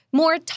more